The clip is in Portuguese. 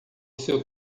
seu